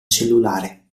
cellulare